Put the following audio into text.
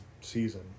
season